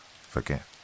forget